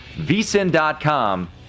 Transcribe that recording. VSIN.com